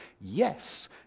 yes